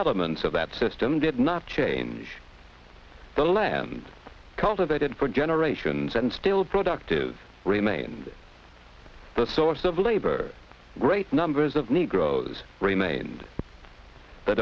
elements of that system did not change the land cultivated for generations and still productive remained the source of labor great numbers of negroes remained the